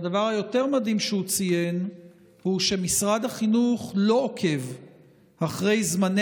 והדבר היותר-מדהים שהוא ציין הוא שמשרד החינוך לא עוקב אחרי זמני